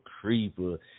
Creeper